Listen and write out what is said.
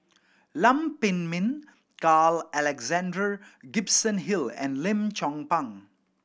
Lam Pin Min Carl Alexander Gibson Hill and Lim Chong Pang